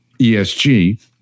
esg